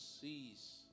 cease